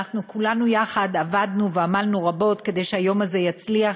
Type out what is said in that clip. כולנו יחד עבדנו ועמלנו רבות כדי שהיום הזה יצליח,